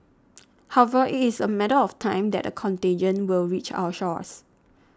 however it is a matter of time that a contagion will reach our shores